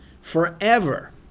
Forever